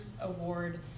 Award